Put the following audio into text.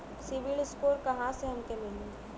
CIBIL score कहाँसे हमके मिली?